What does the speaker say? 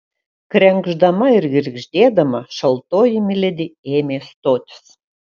krenkšdama ir girgždėdama šaltoji miledi ėmė stotis